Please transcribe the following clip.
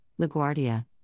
LaGuardia